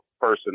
person